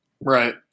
Right